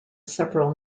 several